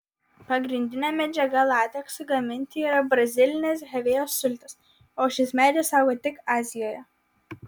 pagrindinė medžiaga lateksui gaminti yra brazilinės hevėjos sultys o šis medis auga tik azijoje